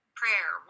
prayer